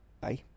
Bye